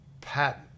Pat